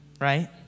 right